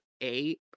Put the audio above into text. eight